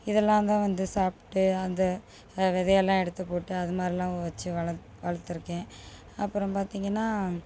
இதெல்லாம் தான் வந்து சாப்பிட்டு அந்த விதையெல்லாம் எடுத்து போட்டு அதுமாதிரிலாம் வச்சு வளர்த் வளர்த்துருக்கேன் அப்புறம் பார்த்திங்கன்னா